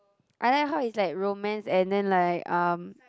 I like how it's like romance and then like um